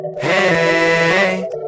hey